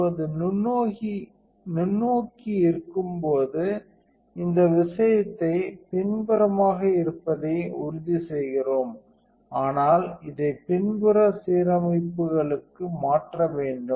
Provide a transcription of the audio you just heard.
இப்போது நுண்ணோக்கி இருக்கும்போது இந்த விஷயத்தை பின்புறமாக இருப்பதை உறுதிசெய்கிறோம் ஆனால் இதை பின்புற சீரமைப்புகளுக்கு மாற்ற வேண்டும்